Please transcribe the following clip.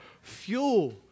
fuel